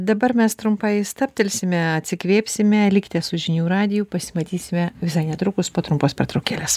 dabar mes trumpai stabtelsime atsikvėpsime likti su žinių radiju pasimatysime visai netrukus po trumpos pertraukėlės